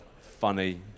funny